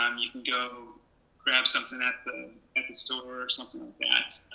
um you can go grab something at the at the store or something like that.